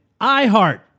iHeart